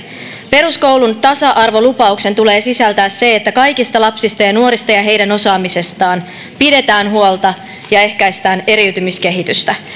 peruskoulun tasa arvolupauksen tulee sisältää se että kaikista lapsista ja nuorista ja heidän osaamisestaan pidetään huolta ja ehkäistään eriytymiskehitystä